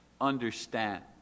understand